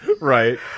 right